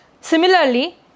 Similarly